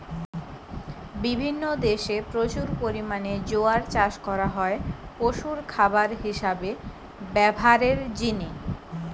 বিভিন্ন দেশে প্রচুর পরিমাণে জোয়ার চাষ করা হয় পশুর খাবার হিসাবে ব্যভারের জিনে